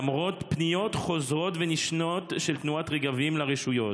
למרות פניות חוזרות ונשנות של תנועת רגבים לרשויות,